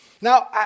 Now